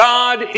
God